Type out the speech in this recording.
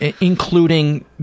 including